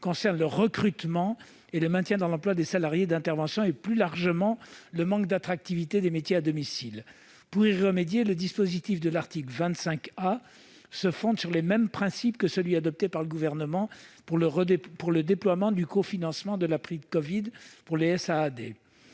concerne le recrutement et le maintien dans l'emploi des salariés d'intervention et, plus largement, le manque d'attractivité des métiers du domicile. Pour y remédier, le dispositif prévu à l'article 25 A se fonde sur les mêmes principes que ceux retenus par le Gouvernement en vue du déploiement du cofinancement de la prime covid pour les SAAD.